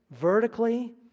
vertically